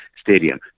stadium